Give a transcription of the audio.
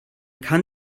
kann